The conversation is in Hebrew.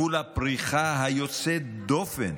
מול הפריחה היוצאת דופן